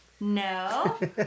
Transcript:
No